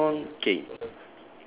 okay moving on okay